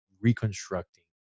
reconstructing